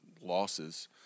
losses